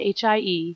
HIE